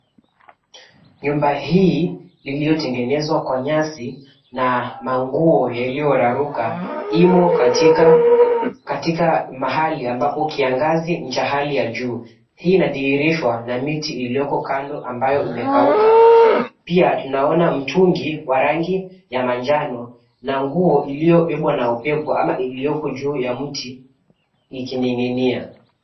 Nyumba hii iliyotengenezwa kwa nyasi na manguo yaliyoraruka imo katika mahali ambapo kiangazi ni cha hali ya juu. Hi inadhihirishwa na miti ilioko kando ambayo imekauka pia tunaona mtungi wa rangi ya manjano na nguo iliyobebwa na upepo ama iliyoko juu ya mti ikining'inia.